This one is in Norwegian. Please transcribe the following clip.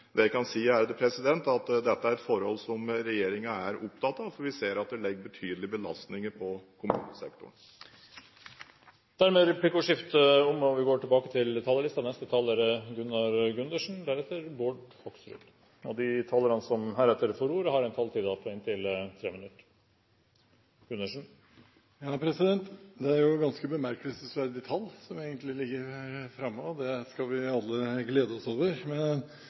det jeg kan si, er at dette er et forhold som regjeringen er opptatt av, for vi ser at det legger betydelige belastninger på kommunesektoren. Dermed er replikkordskiftet omme. De talere som heretter får ordet, har en taletid på inntil 3 minutter. Det er jo ganske bemerkelsesverdige tall som egentlig ligger framme, og det skal vi alle glede oss over,